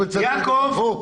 בשירות לאומי או צבאי?